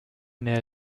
near